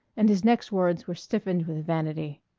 and his next words were stiffened with vanity.